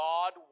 God